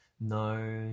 no